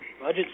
Budget